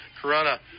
Corona